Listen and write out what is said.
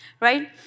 right